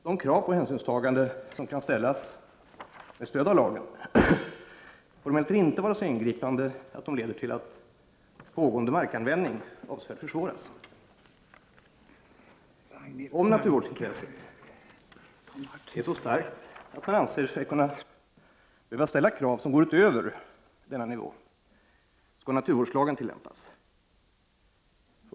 De krav på hänsynstagande som kan ställas med stöd av skogsvårdslagen får emellertid inte vara så ingripande att de leder till att pågående markanvändning avsevärt försvåras. Om naturvårdsintresset är så starkt att man anser sig behöva ställa krav som går utöver denna nivå skall naturvårdslagen tillämpas.